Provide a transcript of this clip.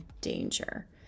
danger